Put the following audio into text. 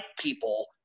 people